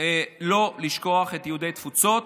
לא לשכוח את יהודי התפוצות,